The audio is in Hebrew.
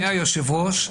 אדוני היושב-ראש,